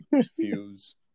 fuse